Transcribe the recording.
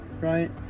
right